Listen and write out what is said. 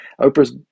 Oprah's